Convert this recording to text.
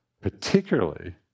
particularly